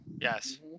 Yes